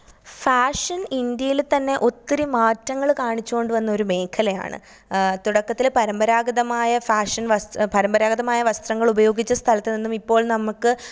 fashion ഇന്ത്യയിൽ തന്നെ ഒത്തിരി മാറ്റങ്ങള് കാണിച്ചോണ്ട് വന്ന ഒര് മേഘലയാണ് തുടക്കത്തില് പരമ്പരാഗതമായ ഫാഷൻ വസ്ത്ര പരമ്പരാഗതമായ വസ്ത്രങ്ങളുപയോഗിച്ച സ്ഥലത്ത് നിന്നും ഇപ്പോൾ നമുക്ക്